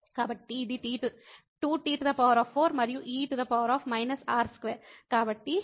కాబట్టి ఇది 2t4 మరియు e t2